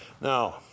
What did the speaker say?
Now